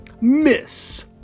Miss